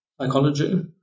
psychology